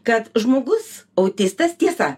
kad žmogus autistas tiesa